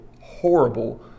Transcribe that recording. horrible